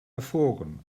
erfroren